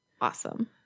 Awesome